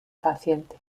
paciente